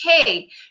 okay